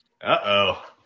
uh-oh